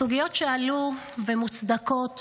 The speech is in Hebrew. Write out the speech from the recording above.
הסוגיות שעלו ומוצדקות,